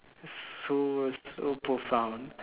so so profound